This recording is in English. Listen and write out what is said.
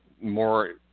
more